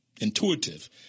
intuitive